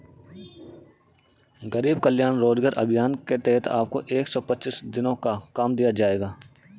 गरीब कल्याण रोजगार अभियान के तहत आपको एक सौ पच्चीस दिनों का काम दिया जाएगा